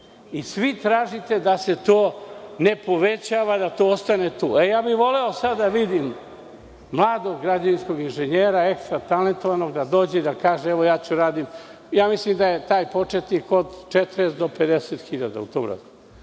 i svi tražite da se to ne povećava da to ostane tu. Voleo bih sada da vidim mladog građevinskog inženjera ekstra talentovanog da dođe i da kaže - evo ja ću da radim. Mislim da je taj početnik od 40.000 do 50.000 dinara.